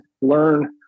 learn—